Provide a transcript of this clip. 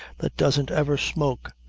that doesn't ever smoke?